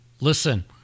listen